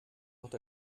wat